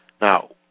Now